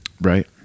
Right